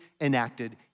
enacted